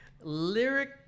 lyric